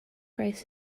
rice